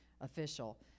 official